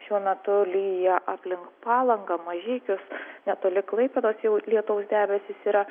šiuo metu lyja aplink palangą mažeikius netoli klaipėdos jau lietaus debesys yra